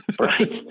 right